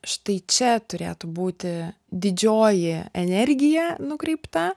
štai čia turėtų būti didžioji energija nukreipta